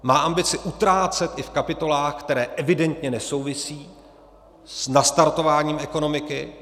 Má ambici utrácet i v kapitolách, které evidentně nesouvisí s nastartováním ekonomiky.